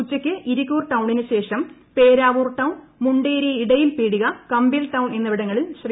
ഉച്ചക്ക് ഇരിക്കൂർ ടൌണിന് ശേഷം പേരാവൂർ ടൌൺ മുണ്ടേരി ഇടയിൽ പീടികകമ്പിൽ ടൌൺ എന്നിവിടങ്ങളിൽ ശ്രീ